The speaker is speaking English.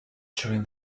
during